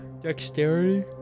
Dexterity